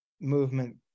movement